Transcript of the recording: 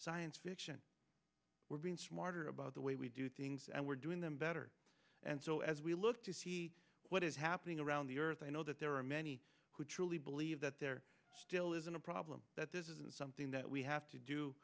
science fiction we're being smarter about the way we do things and we're doing them better and so as we look to see what is happening around the earth i know that there are many who truly believe that there still isn't a problem that this isn't something that we have to do